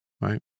right